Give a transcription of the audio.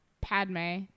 Padme